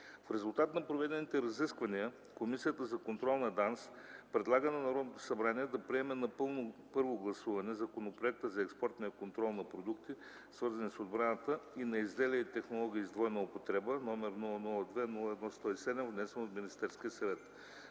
В резултат на проведените разисквания Комисията за контрол на ДАНС предлага на Народното събрание да приеме на първо гласуване Законопроекта за експортния контрол на продукти, свързани с отбраната, и на изделия и технологии с двойна употреба № 002-01-107, внесен от Министерския съвет.